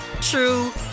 true